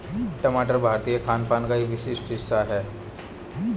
टमाटर भारतीय खानपान का एक विशिष्ट हिस्सा है